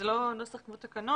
זה לא נוסח כמו תקנות.